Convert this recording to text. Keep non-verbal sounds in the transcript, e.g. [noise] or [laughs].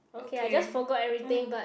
okay [laughs]